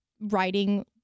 writing